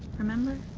remember?